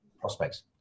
prospects